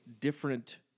different